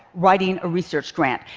writing a research grant,